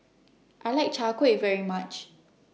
I like Chai Kuih very much